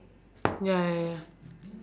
ya ya ya